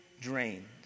drained